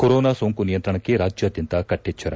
corona ಸೋಂಕು ನಿಯಂತ್ರಣಕ್ಕೆ ರಾಜ್ಯಾದ್ಯಂತ ಕಟ್ಟೆಚ್ಚರ